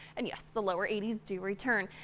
and yes, the lower eighty s to return.